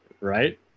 right